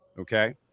okay